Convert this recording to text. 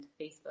Facebook